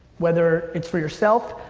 whether it's for yourself,